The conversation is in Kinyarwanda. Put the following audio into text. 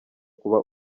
kuba